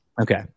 Okay